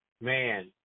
Man